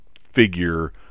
figure